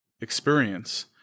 experience